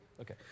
Okay